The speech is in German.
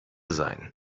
sein